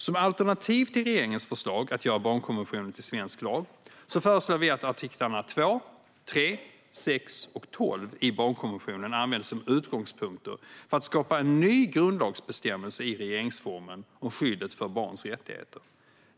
Som alternativ till regeringens förslag att göra barnkonventionen till svensk lag föreslår vi att artiklarna 2, 3, 6 och 12 i barnkonventionen används som utgångspunkter för att skapa en ny grundlagsbestämmelse i regeringsformen om skyddet för barns rättigheter.